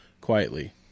quietly